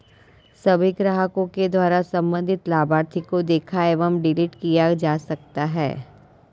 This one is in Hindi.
सभी ग्राहकों के द्वारा सम्बन्धित लाभार्थी को देखा एवं डिलीट किया जा सकता है